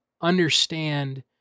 understand